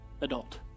adult